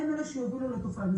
הם אלו שיובילו לתופעה.